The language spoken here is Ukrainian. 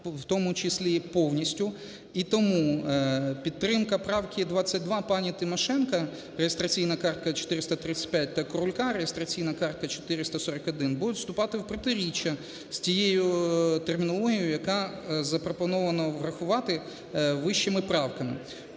в тому числі і повністю. І тому підтримка правки 22 пані Тимошенко (реєстраційна картка 435) та Крулька (реєстраційна картка 441) будуть вступати в протиріччя з тією термінологією, яку запропоновано врахувати вищими правками.